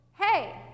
hey